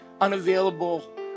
unavailable